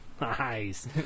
Nice